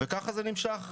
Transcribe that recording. כך זה נמשך.